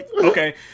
Okay